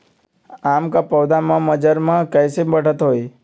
आम क पौधा म मजर म कैसे बढ़त होई?